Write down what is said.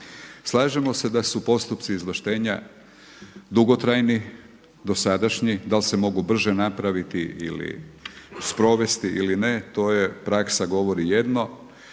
Slažemo se da su postupci izvlaštenja dugotrajni, dosadašnji, da li se mogu brže napraviti ili sprovesti ili ne, to je, praksa govori jedno.